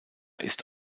ist